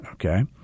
Okay